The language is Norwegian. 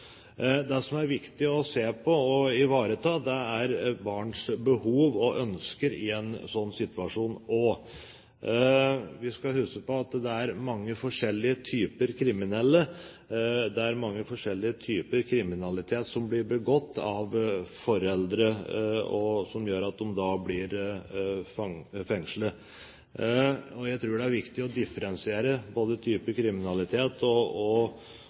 viktig å se på og ivareta, er barns behov og ønsker i en slik situasjon. Vi skal huske på at det er mange forskjellige typer kriminelle, og at det er mange forskjellige typer kriminalitet som blir begått av foreldre, som gjør at de blir fengslet. Jeg tror det er viktig å differensiere når det gjelder hva slags kriminalitet